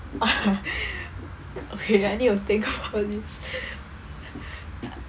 okay I need to think about this